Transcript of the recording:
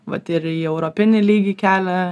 vat ir į europinį lygį kelia